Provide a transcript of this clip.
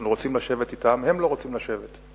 אנחנו רוצים לשבת אתם, הם לא רוצים לשבת,